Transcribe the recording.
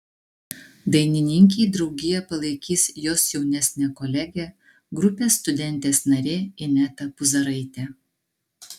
dainininkei draugiją palaikys jos jaunesnė kolegė grupės studentės narė ineta puzaraitė